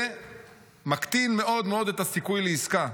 זה מקטין מאוד מאוד את הסיכוי לעסקה.